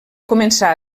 començar